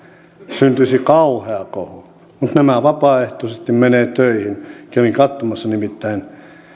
syntyisi kauhea kohu mutta nämä vapaaehtoisesti menevät töihin kävin katsomassa nimittäin